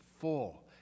full